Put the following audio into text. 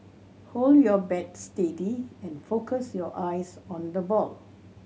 hold your bat steady and focus your eyes on the ball